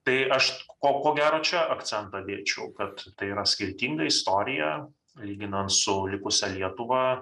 tai aš ko ko gero čia akcentą dėčiau kad tai yra skirtinga istorija lyginant su likusia lietuva